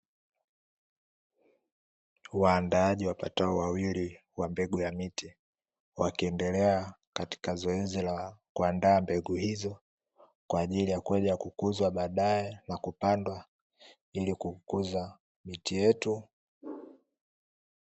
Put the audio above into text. Waandaaji wapatao wawili, wa mbegu ya miti , wakiendelea katika zoezi la kuandaa mbegu hizo kwaajili ya kwenda kukuzwa baadaye kwaajili ya kupandwa ili kukuza miti yetu.